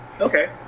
Okay